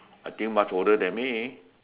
I think much older than me